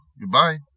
Goodbye